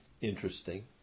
interesting